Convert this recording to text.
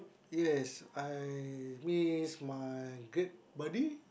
yes I miss my great buddy